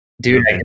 dude